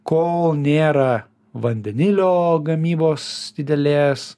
kol nėra vandenilio gamybos didelės